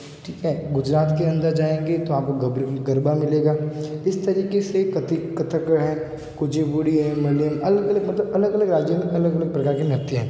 ठीक है गुजरात के अंदर जाएंगे तो आपको ग्बर गरबा मिलेगा इस तरीके से कथिक कथक है कुचीपुड़ी है मलयां अलग अलग मतलब अलग अलग राज्यों में अलग अलग प्रकार के नृत्य हैं